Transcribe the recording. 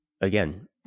again